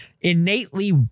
innately